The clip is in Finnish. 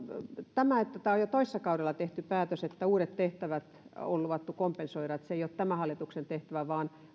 tämä on jo toissa kaudella tehty päätös että uudet tehtävät on luvattu kompensoida se ei ole tämän hallituksen tehtävä vaan